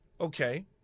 okay